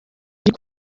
muri